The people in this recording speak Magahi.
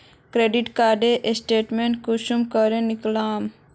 क्रेडिट कार्डेर स्टेटमेंट कुंसम करे निकलाम?